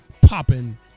popping